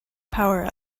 power